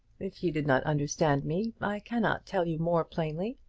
if you did not understand me i cannot tell you more plainly.